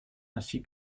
ainsi